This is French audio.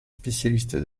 spécialistes